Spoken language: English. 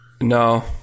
No